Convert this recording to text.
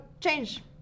change